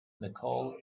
nicole